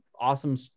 awesome